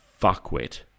fuckwit